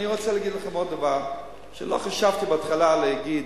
אני רוצה להגיד לכם עוד דבר שלא חשבתי בהתחלה להגיד,